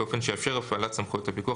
באופן שיאפשר הפעלת סמכויות הפיקוח